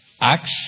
Acts